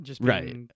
right